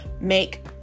make